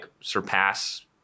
surpass